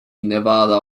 nevada